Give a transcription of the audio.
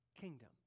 kingdom